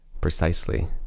Precisely